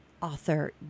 author